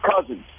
Cousins